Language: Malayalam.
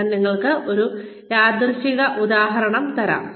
ഞാൻ നിങ്ങൾക്ക് ഒരു യാദൃശ്ചിക ഉദാഹരണം തരാം